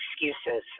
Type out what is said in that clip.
excuses